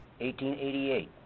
1888